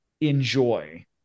enjoy